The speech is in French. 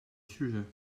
sujet